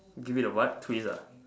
give it a what twist ah